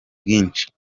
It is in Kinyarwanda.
bwinshi